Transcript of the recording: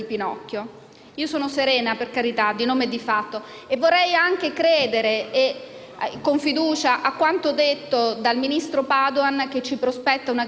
Sono serena, per carità - di nome e di fatto - e vorrei anche credere con fiducia a quanto detto dal ministro Padoan, che ci prospetta una crescita